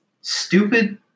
stupid